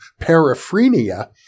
paraphrenia